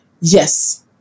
Yes